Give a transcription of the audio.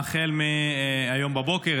החל מהיום בבוקר,